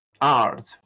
art